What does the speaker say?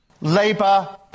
Labour